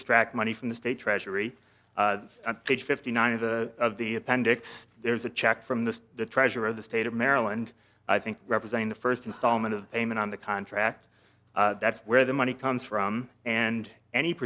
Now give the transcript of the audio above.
extract money from the state treasury page fifty nine of the of the appendix there is a check from the treasurer of the state of maryland i think representing the first installment of payment on the contract that's where the money comes from and any